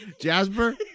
Jasper